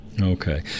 Okay